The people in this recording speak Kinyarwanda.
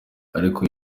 ariko